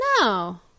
no